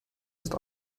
ist